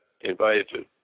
invited